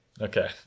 Okay